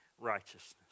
righteousness